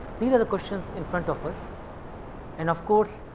these are the questions in front of us and of course,